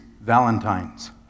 Valentine's